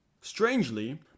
Strangely